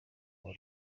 ubu